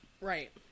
right